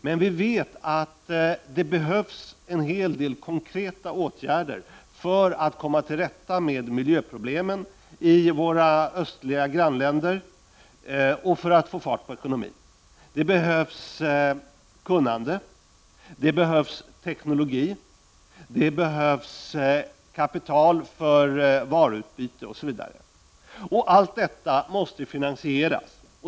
Men vi vet att det behövs en hel del konkreta åtgärder för att komma till rätta med miljöproblemen och för att få fart på ekonomin i våra östliga grannländer. Det behövs kunnande, det behövs teknologi, det behövs kapital för varuutbyte, osv. — och allt detta måste finansieras.